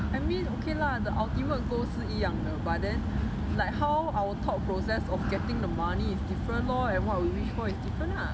I mean okay lah the ultimate goal 是一样的 but then like how our thought process of getting the money is different lor and what we wish for is different lah